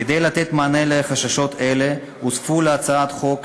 כדי לתת מענה לחששות אלה, הוספו להצעת החוק